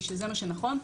שזה מה שנכון.